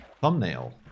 thumbnail